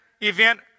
event